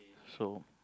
so